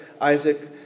Isaac